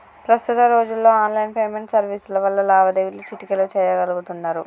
ప్రస్తుత రోజుల్లో online payment సర్వీసుల వల్ల లావాదేవీలు చిటికెలో చెయ్యగలుతున్నరు